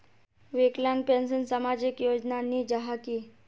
विकलांग पेंशन सामाजिक योजना नी जाहा की?